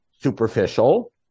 superficial